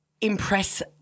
impress